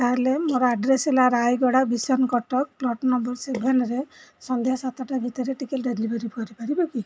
ତାହେଲେ ମୋର ଆଡ଼୍ରେସ୍ ହେଲା ରାୟଗଡ଼ା ଭିସମ୍ କଟକ ପ୍ଲଟ୍ ନମ୍ବର୍ ସେଭେନ୍ରେ ସନ୍ଧ୍ୟା ସାତଟା ଭିତରେ ଟିକେ ଡେଲିଭରି କରିପାରିବ କି